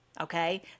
okay